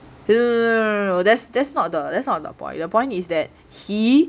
no no no no that's that's not that's not the point the point is that he